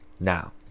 Now